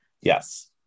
Yes